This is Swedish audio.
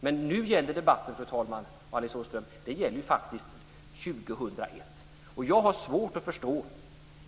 Men nu gäller faktiskt debatten 2001, fru talman och Alice Åström.